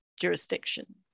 jurisdiction